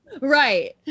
Right